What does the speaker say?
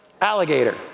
alligator